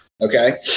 Okay